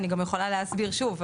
אני גם יכולה להסביר שוב,